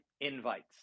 invites